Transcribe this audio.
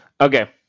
Okay